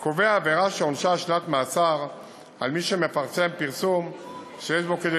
קובע עבירה שעונשה שנת מאסר על מי שמפרסם פרסום שיש בו כדי